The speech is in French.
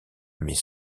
mes